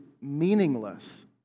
meaningless